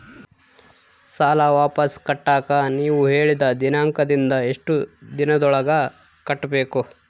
ಸಾಲ ವಾಪಸ್ ಕಟ್ಟಕ ನೇವು ಹೇಳಿದ ದಿನಾಂಕದಿಂದ ಎಷ್ಟು ದಿನದೊಳಗ ಕಟ್ಟಬೇಕು?